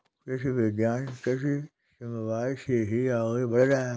कृषि विज्ञान कृषि समवाद से ही आगे बढ़ रहा है